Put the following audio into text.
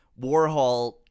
Warhol